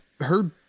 heard